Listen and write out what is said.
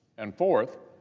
and forth,